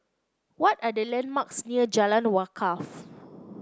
what are the landmarks near Jalan Wakaff